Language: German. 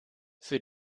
für